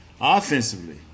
offensively